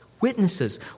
witnesses